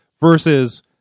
versus